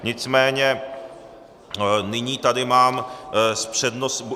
Nicméně nyní tady mám s přednostním...